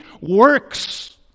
works